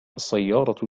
السيارة